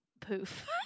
poof